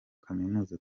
kaminuza